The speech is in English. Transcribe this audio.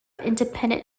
independent